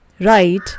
right